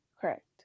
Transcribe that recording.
correct